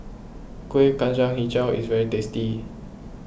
Kuih Kacang HiJau is very tasty